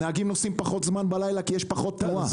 הנהגים נוסעים פחות זמן בלילה כי יש פחות תנועה.